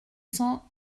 cents